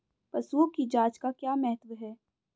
पशुओं की जांच का क्या महत्व है?